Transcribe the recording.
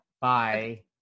Bye